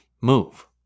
move